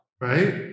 right